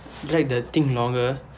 drag the thing longer